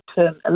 term